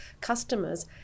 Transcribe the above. customers